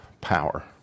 power